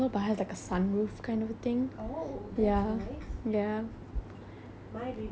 my dream car is Audi I just love the brand it's so classy